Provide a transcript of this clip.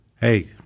hey